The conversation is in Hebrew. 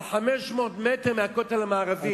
על 500 מטר מהכותל המערבי,